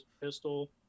pistol